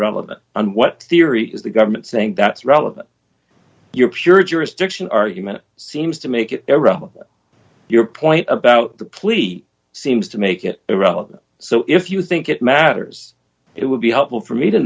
relevant and what theory is the government saying that's relevant your pure jurisdiction argument seems to make it irrelevant your point about the plea seems to make it irrelevant so if you think it matters it would be helpful for me to